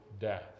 death